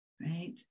right